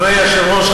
אדוני היושב-ראש,